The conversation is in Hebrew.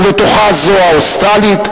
ובתוכה זו האוסטרלית,